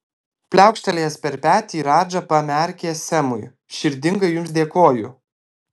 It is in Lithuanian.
pliaukštelėjęs per petį radža pamerkė semui širdingai jums dėkoju